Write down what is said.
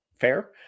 fair